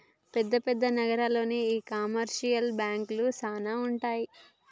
పెద్ద పెద్ద నగరాల్లోనే ఈ కమర్షియల్ బాంకులు సానా ఉంటాయి